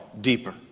deeper